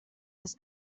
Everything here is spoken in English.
this